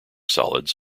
solids